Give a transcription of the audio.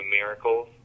miracles